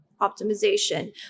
optimization